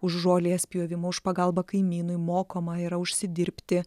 už žolės pjovimą už pagalbą kaimynui mokoma yra užsidirbti